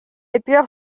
эдгээр